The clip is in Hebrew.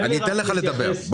תן לי רק להתייחס.